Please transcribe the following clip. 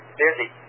busy